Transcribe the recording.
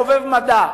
חובב מדע,